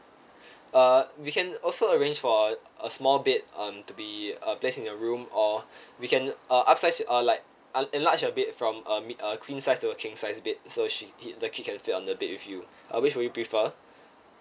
uh we can also arrange for a small bed um to be uh placed in your room or we can uh upsize or like enlarge your bed from uh me~ uh queen size to a king-sized bed so she he the kid can fit on the bed with you uh which would you prefer